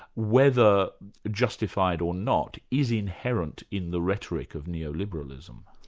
whether justified or not, is inherent in the rhetoric of neo-liberalism.